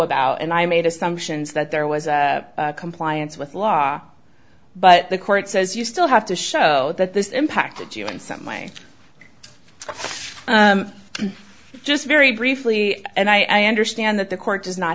about and i made assumptions that there was compliance with law but the court says you still have to show that this impacted you in some way just very briefly and i understand that the court does not